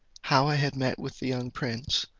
how i had met with the young prince,